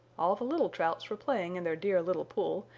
all the little trouts were playing in their dear little pool,